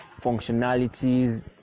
functionalities